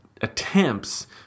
attempts